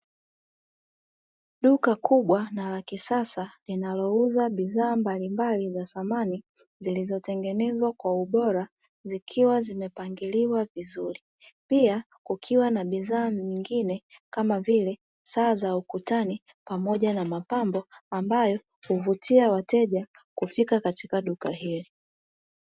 Duka kubwa na la kisasa linalaouza bidhaa mbalimbali za samani zilizotengenezwa kwa ubora, zikiwa zimepangiliwa vizuri. Pia kukiwa na bidhaa nyingine kama vile saa za ukutani, pamoja na mapambo ambayo huvutia wateja kufika katika duka hili.